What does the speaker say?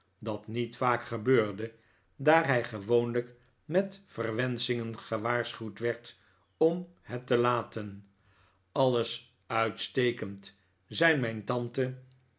dat niet vaak gebeurde daar hij gewoonlijk met verwenschingen gewaarschuwd werd om het te laten alles uitstekend zei mijn tante